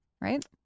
right